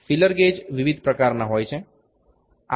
feeler gauge વિવિધ પ્રકારના હોય છે